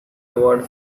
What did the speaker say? award